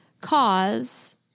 Cause